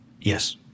Yes